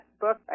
book